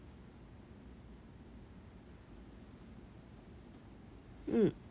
mm